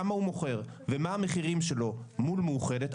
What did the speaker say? כמה הוא מוכר ומה המחירים שלו מול מאוחדת,